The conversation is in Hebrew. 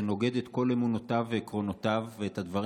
זה נוגד את כל אמונותיו ועקרונותיו ואת הדברים